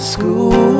School